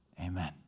Amen